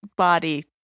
Body